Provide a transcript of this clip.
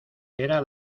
era